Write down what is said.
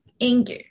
anger